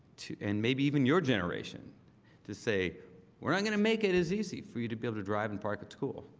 and maybe even your generation to say where i'm gonna make it as easy for you to be able to drive and park a tool